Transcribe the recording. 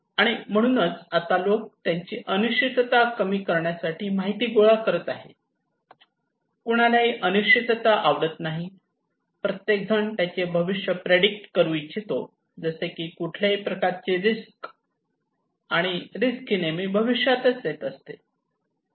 आणि म्हणून आता लोक त्यांची अनिश्चितता कमी करण्यासाठी माहिती गोळा करत आहेत कुणालाही अनिश्चितता आवडत नाही प्रत्येक जण त्यांचे भविष्य प्रेडिक्ट करू इच्छितो जसे की कुठल्याही प्रकारची रिस्क आणि रिस्क हि नेहमी भविष्यातच येत असते